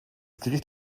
gericht